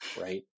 right